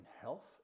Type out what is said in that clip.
health